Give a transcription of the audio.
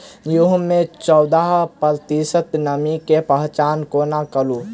गेंहूँ मे चौदह प्रतिशत नमी केँ पहचान कोना करू?